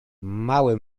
mały